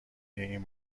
این